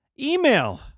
email